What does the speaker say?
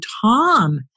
Tom